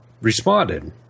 responded